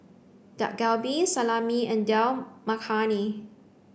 Dak Galbi Salami and Dal Makhani